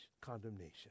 condemnation